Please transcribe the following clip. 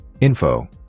Info